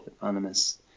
Anonymous